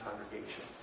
congregation